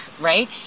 right